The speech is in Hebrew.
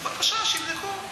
בבקשה, שיבררו.